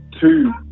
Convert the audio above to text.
two